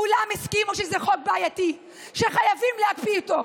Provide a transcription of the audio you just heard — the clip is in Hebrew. כולם הסכימו שזה חוק בעייתי, שחייבים להקפיא אותו.